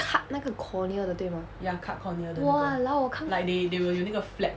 cut 那个 cornea 的对吗 !walao! 我看